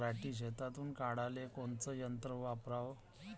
पराटी शेतातुन काढाले कोनचं यंत्र वापराव?